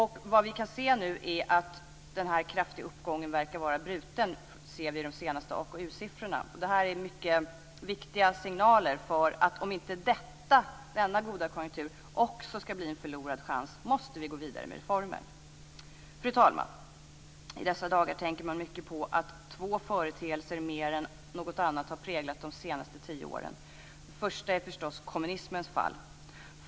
Enligt vad vi kan se från de senaste AKU siffrorna verkar nu denna kraftiga uppgång vara bruten. Detta är mycket viktiga signaler för att om inte också denna konjunktur ska bli en förlorad chans måste vi gå vidare med reformer. Fru talman! I dessa dagar tänker man mycket på att två företeelser mer än något annat har präglat de senaste tio åren. Den första företeelsen är förstås kommunismens fall.